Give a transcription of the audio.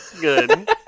good